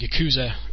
Yakuza